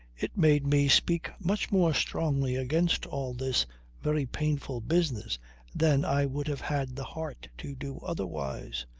it made me speak much more strongly against all this very painful business than i would have had the heart to do otherwise.